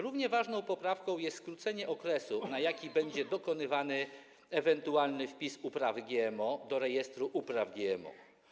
Równie ważną poprawką jest skrócenie okresu, na jaki będzie dokonywany ewentualny wpis uprawy GMO do Rejestru Upraw GMO.